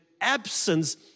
absence